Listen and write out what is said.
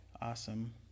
Awesome